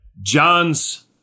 John's